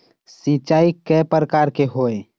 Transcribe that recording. सिचाई कय प्रकार के होये?